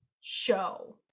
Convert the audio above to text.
show